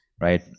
right